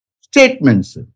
Statements